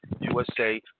USA